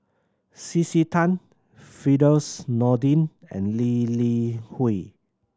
C C Tan Firdaus Nordin and Lee Li Hui